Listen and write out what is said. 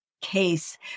case